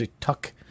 tuck